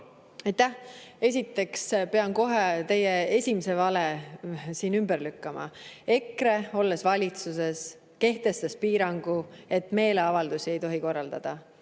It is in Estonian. Esiteks pean kohe teie esimese vale siin ümber lükkama. EKRE, olles valitsuses, kehtestas piirangu, et meeleavaldusi ei tohi korraldada.